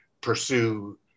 pursue